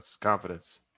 confidence